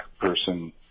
person